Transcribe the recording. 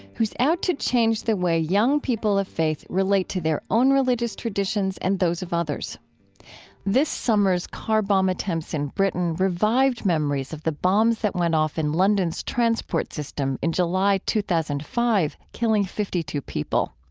who's out to change the way young people of faith relate to their own religious traditions and those of others this summer's car bomb attempts in britain revived memories of the bombs that went off in london's transport system in july two thousand and five, killing fifty two people.